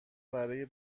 برای